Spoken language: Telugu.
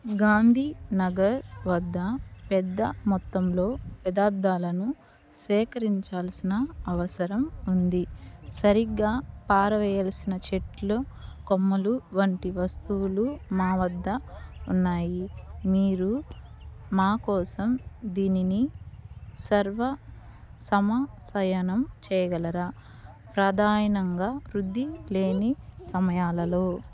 గాంధీనగర్ వద్ద పెద్ద మొత్తంలో వ్యదార్థాలను సేకరించాల్సిన అవసరం ఉంది సరిగ్గా పారవెయ్యాల్సిన చెట్లు కొమ్మలు వంటి వస్తువులు మా వద్ద ఉన్నాయి మీరు మా కోసం దీనిని సర్వ సమ సయనం చెయ్ యగలరా ప్రధానంగా వృద్ధి లేని సమయాలలో